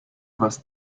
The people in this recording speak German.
was